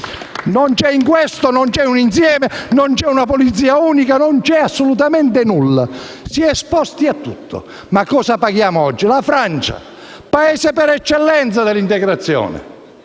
Non c'è in questo! Non c'è un insieme, non c'è una polizia unica. Non c'è assolutamente nulla. Si è esposti a tutto. Ma cosa paghiamo oggi? La Francia è il Paese dell'integrazione